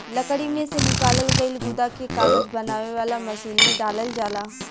लकड़ी में से निकालल गईल गुदा के कागज बनावे वाला मशीन में डालल जाला